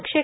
क्षे